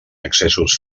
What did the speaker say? accessos